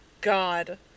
God